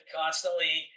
constantly